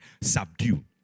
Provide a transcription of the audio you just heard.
subdue